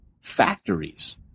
factories